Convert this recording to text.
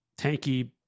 tanky